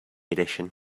edition